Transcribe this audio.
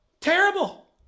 Terrible